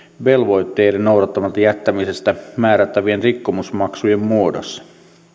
velvoitteiden noudattamatta jättämisestä määrättävien rikkomusmaksujen muodossa